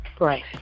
Right